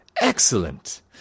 Excellent